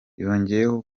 yongeyeho